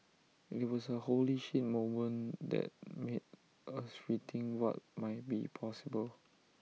IT was A 'holy shit' moment that made us rethink what might be possible